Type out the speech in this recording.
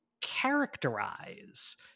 characterize